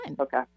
Okay